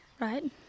right